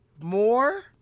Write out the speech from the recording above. more